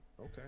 okay